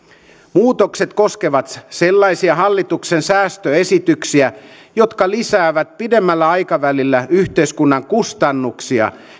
muutokset koskevat sellaisia hallituksen säästöesityksiä jotka lisäävät pidemmällä aikavälillä yhteiskunnan kustannuksia